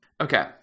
Okay